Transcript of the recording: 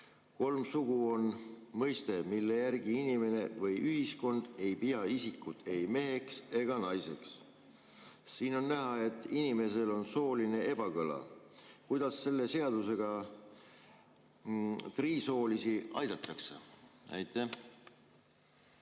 "Kolm sugu" on mõiste, mille järgi inimene või ühiskond ei pea isikut ei meheks ega naiseks. Siin on näha, et inimesel on sooline ebakõla. Kuidas selle seadusega trisoolisi aidatakse? Aitäh,